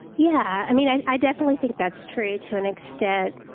yeah, i mean, i definitely think that's true, to an extent.